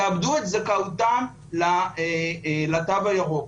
יאבדו את זכאותם לתו הירוק.